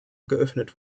geöffnet